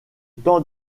temps